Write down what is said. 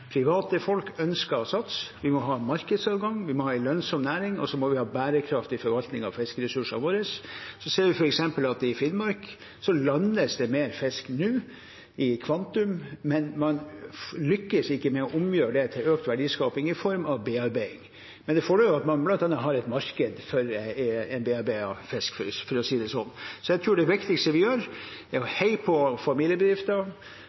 private folk ønsker å satse, vi må ha markedsadgang, vi må ha en lønnsom næring, og så må vi ha en bærekraftig forvaltning av fiskeressursene våre. Så ser vi f.eks. at i Finnmark landes det mer fisk nå i kvantum, men man lykkes ikke med å omgjøre det til økt verdiskaping i form av bearbeiding. Det fordrer at man bl.a. har et marked for bearbeidet fisk, for å si det sånn. Jeg tror det viktigste vi gjør, er å